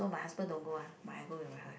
so my husband don't go one but I go with my